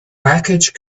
package